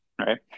right